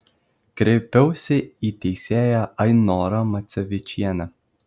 kreipiausi į teisėją ainorą macevičienę